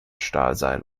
stahlseil